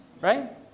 right